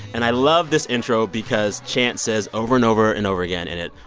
and i love this intro because chance says over and over and over again in it,